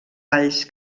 alls